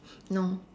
no